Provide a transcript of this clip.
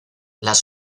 las